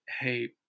hey